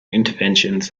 interventions